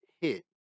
hit